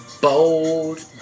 bold